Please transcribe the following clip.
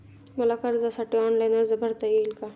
मला कर्जासाठी ऑनलाइन अर्ज भरता येईल का?